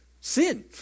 sin